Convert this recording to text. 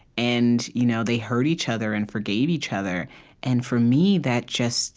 and you know they hurt each other and forgave each other and for me, that just